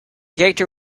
character